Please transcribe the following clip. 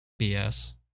BS